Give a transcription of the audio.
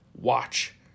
watch